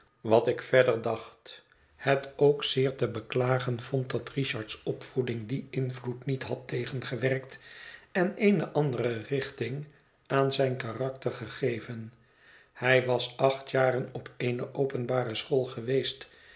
wat ik verder dacht het ook zeer te beklagen vond dat richard's opvoeding dien invloed niet had tegengewerkt en eene andere richting aan zijn karakter gegeven hij was acht jaren op eene openbare school geweest